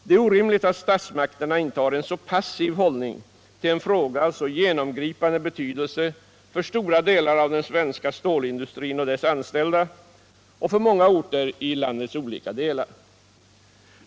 Det är orimligt, att statsmakterna intar en så passiv hållning till en fråga av så genomgripande betydelse för stora delar av den svenska stålindustrin och dess anställda liksom för många orter i landets olika delar.